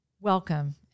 welcome